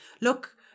look